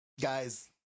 guys